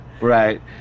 Right